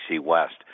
West